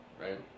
right